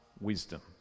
wisdom